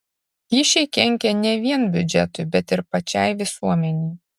kyšiai kenkia ne vien biudžetui bet ir pačiai visuomenei